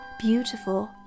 beautiful